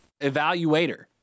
evaluator